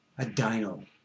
Adino